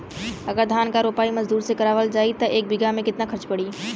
अगर धान क रोपाई मजदूर से करावल जाई त एक बिघा में कितना खर्च पड़ी?